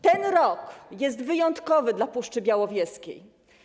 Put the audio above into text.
Ten rok jest wyjątkowy dla Puszczy Białowieskiej.